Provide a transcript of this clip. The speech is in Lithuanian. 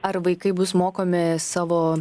ar vaikai bus mokomi savo